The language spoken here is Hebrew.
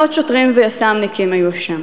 מאות שוטרים ויס"מניקים היו שם